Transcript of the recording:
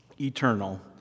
eternal